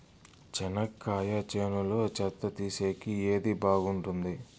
చెనక్కాయ చేనులో చెత్త తీసేకి ఏది బాగుంటుంది?